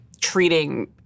treating